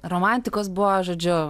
romantikos buvo žodžiu